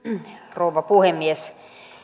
rouva puhemies